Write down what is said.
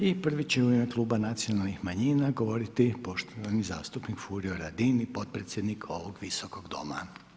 I prvi će u ime Kluba nacionalnih manjina govoriti poštovani zastupnik Furio Radin i potpredsjednik ovog Visokog doma.